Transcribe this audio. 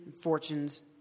fortunes